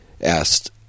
asked